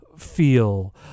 Feel